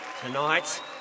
tonight